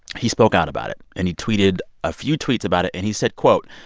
he spoke out about it. and he tweeted a few tweets about it. and he said, quote,